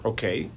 Okay